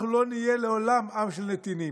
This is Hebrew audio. אנחנו לא נהיה לעולם עם של נתינים.